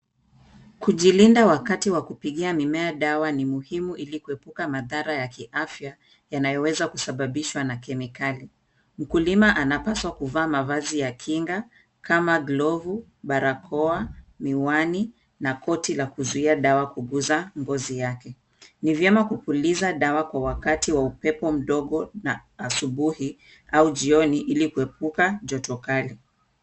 Kujilinda wakati wa kupigia mimea dawa ni muhimu ili kuepuka madhara ya kiafya yanayoweza kusababishwa na kemikali .Mkulima anapaswa kuvaa mavazi ya kinga kama glovu, barakoa, miwani na koti la kuzuia dawa kuguza ngozi yake. Ni vyema kupuliza dawa kwa wakati wa upepo mdogo na asubuhi au jioni ili kuepuka joto kali.